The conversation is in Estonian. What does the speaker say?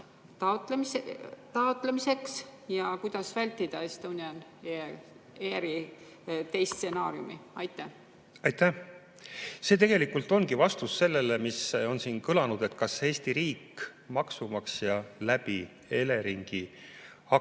taotlemiseks, ja kuidas vältida Estonian Airi teist stsenaariumi? Aitäh! See tegelikult ongi vastus sellele, mis on siin kõlanud, et kas Eesti riik, maksumaksja, läbi Eleringi hakkab